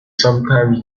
sometimes